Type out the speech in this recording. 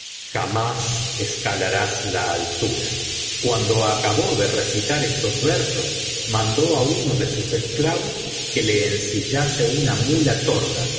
jamás escalarás la altura cuando acabó de recitar estos versos mandó á uno de sus esclavos que le ensillase una muía torda